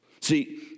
See